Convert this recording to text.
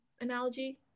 analogy